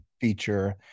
feature